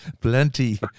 Plenty